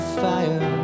fire